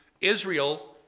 Israel